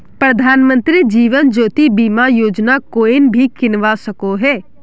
प्रधानमंत्री जीवन ज्योति बीमा योजना कोएन भी किन्वा सकोह